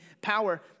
power